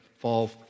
Fall